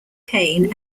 kane